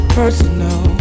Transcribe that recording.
personal